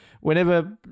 whenever